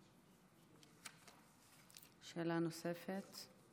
שאלה נוספת.